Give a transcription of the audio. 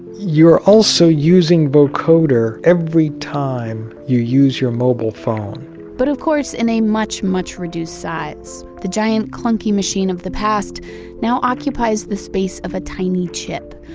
you're also using vocoder every time you use your mobile phone but of course, in a much, much reduced size. the giant clunky machine of the past now occupies the space of a tiny chip,